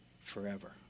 forever